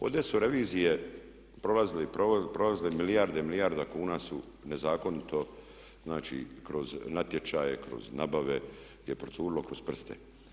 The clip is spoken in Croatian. Ovdje su revizije prolazile i prolazile milijarde i milijarde kuna su nezakonito znači kroz natječaje, kroz nabave je procurilo kroz prste.